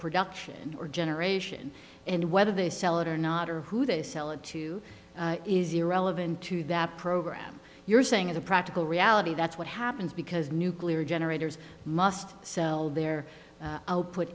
production or generation and whether they sell it or not or who they sell it to is irrelevant to that program you're saying in the practical reality that's what happens because nuclear generators must sell their